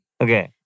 Okay